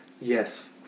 Yes